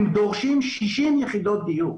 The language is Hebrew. הם דורשים 60 יחידות דיור.